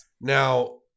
Now